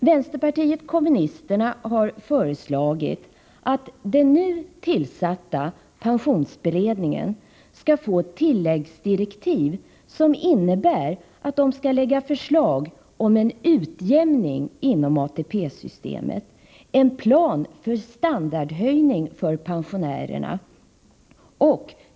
Vänsterpartiet kommunisterna har föreslagit att den nu tillsatta pensionsberedningen skall få tilläggsdirektiv som innebär att det läggs fram förslag om en utjämning inom ATP-systemet, en plan för standardhöjning för pensionärerna.